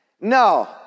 No